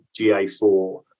GA4